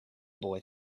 boy